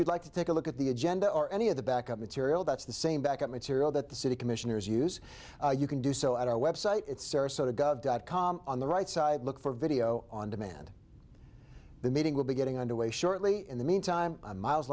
you'd like to take a look at the agenda or any of the back up material that's the same back up material that the city commissioners use you can do so at our website at sarasota gov dot com on the right side look for video on demand the meeting will be getting underway shortly in the meantime miles